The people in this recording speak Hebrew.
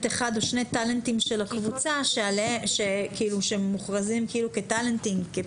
אחד או שני טאלנטים של הקבוצה שהם מוכרזים כטאלנטים.